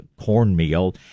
cornmeal